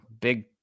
big